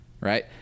right